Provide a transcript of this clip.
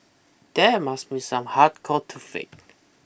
that must be some hardcore toothache